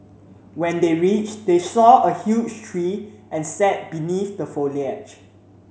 when they reached they saw a huge tree and sat beneath the foliage